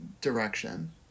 direction